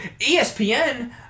ESPN